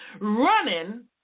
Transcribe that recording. running